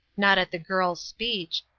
not at the girl's speech.